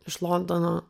iš londono